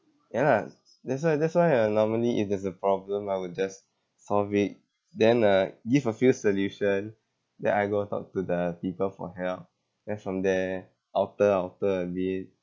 ya lah that's why that's why uh normally if there's a problem I would just solve it then uh give a few solution then I go talk to the people for help then from there alter alter a bit